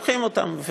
לוקחים אותם,